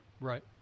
Right